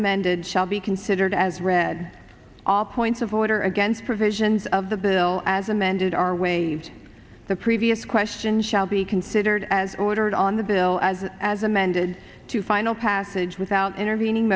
amended shall be considered as read all points of order against provisions of the bill as amended are waived the previous question shall be considered as ordered on the bill as as amended to final passage without intervening